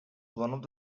one